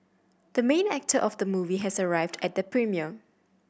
the main actor of the movie has arrived at the premiere